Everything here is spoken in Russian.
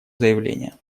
заявление